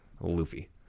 Luffy